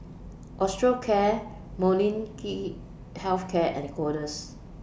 Osteocare Molnylcke Health Care and Kordel's